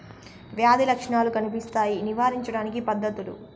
వ్యాధి లక్షణాలు కనిపిస్తాయి నివారించడానికి పద్ధతులు?